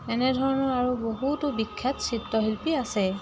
এনেধৰণৰ আৰু বহুতো বিখ্যাত চিত্ৰশিল্পী আছে